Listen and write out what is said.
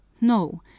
no